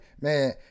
Man